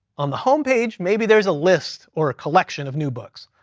on the homepage, maybe there's a list, or a collection of new books.